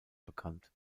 bekannt